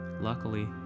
Luckily